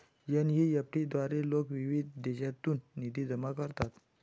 NEFT द्वारे लोक विविध देशांतून निधी जमा करतात